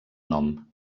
nom